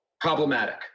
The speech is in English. problematic